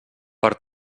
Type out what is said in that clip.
per